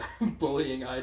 bullying